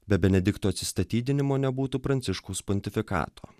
be benedikto atsistatydinimo nebūtų pranciškaus pontifikato